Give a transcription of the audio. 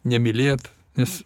nemylėt nes